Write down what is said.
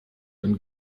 dann